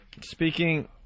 Speaking